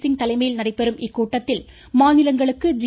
சிங் தலைமையில் நடைபெறும் இக்கூட்டத்தில் மாநிலங்களுக்கு ஜி